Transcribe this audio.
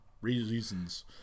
reasons